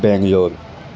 Bangalore